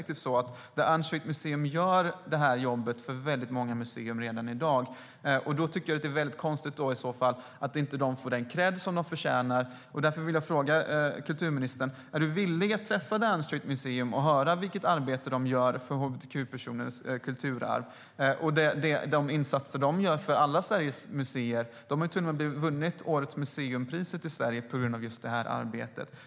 The Unstraight Museum gör det här jobbet för många museer redan i dag. Jag tycker att det är konstigt att de inte får den kredd som de förtjänar. Därför vill jag fråga kulturministern om hon är villig att träffa The Unstraight Museum och höra vilket arbete de gör för hbtq-personers kulturarv och vilka insatser de gör för alla Sveriges museer. De har till och med vunnit årets museipris i Sverige på grund av just detta arbete.